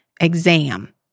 exam